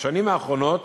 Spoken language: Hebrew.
בשנים האחרונות